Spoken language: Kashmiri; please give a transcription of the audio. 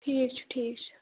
ٹھیٖک چھُ ٹھیٖک چھُ